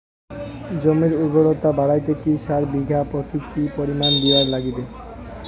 জমির উর্বরতা বাড়াইতে কি সার বিঘা প্রতি কি পরিমাণে দিবার লাগবে?